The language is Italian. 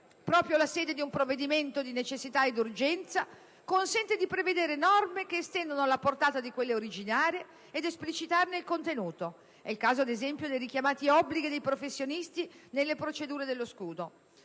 proprio la sede di un provvedimento di necessità ed urgenza consente di prevedere norme che estendono la portata di quelle originarie e di esplicitarne il contenuto. È il caso, ad esempio, dei richiamati obblighi dei professionisti nelle procedure dello scudo.